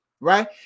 right